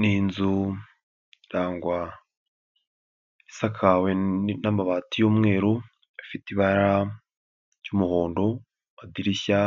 Ni inzu irangwa isakawe n'amabati y'umweru afite ibaramu ry'umuhondo amadirishya